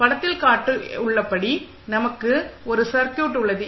படத்தில் காட்டப்பட்டுள்ளபடி நமக்கு ஒரு சர்க்யூட் உள்ளது